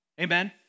Amen